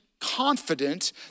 confident